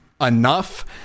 enough